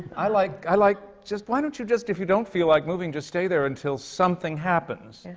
i like i like just why don't you just, if you don't feel like moving, just stay there until something happens.